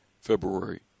February